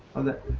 of the